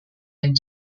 den